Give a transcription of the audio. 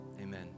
Amen